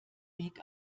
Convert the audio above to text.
weg